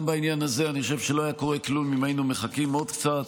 גם בעניין הזה אני חושב שלא היה קורה כלום אם היינו מחכים עוד קצת,